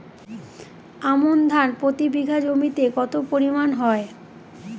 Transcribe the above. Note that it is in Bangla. আমন ধান প্রতি বিঘা জমিতে কতো পরিমাণ হয়?